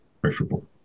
preferable